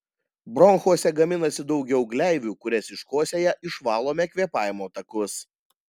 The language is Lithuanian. bronchuose gaminasi daugiau gleivių kurias iškosėję išvalome kvėpavimo takus